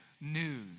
news